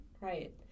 Right